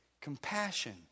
Compassion